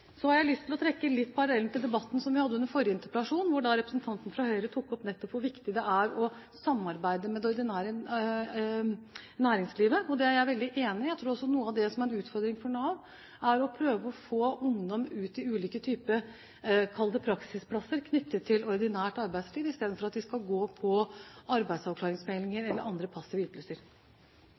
Så har jeg lyst til å trekke en parallell til debatten under forrige interpellasjon, hvor representanten fra Høyre tok opp nettopp hvor viktig det er å samarbeide med det ordinære næringslivet. Det er jeg veldig enig i. Jeg tror også at noe av det som er en utfordring for Nav, er å prøve å få ungdom ut i ulike typer – kall det – praksisplasser knyttet til ordinært arbeidsliv, istedenfor at de skal gå på arbeidsavklaringspenger eller andre passive ytelser.